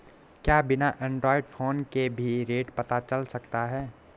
क्या बिना android phone के भी रेट पता चल सकता है?